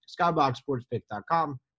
skyboxsportspick.com